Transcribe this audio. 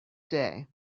day